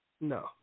No